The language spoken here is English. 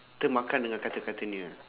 termakan dengan kata-katanya